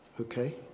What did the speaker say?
Okay